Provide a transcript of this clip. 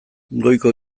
goiko